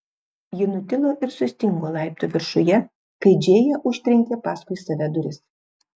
ji nutilo ir sustingo laiptų viršuje kai džėja užtrenkė paskui save duris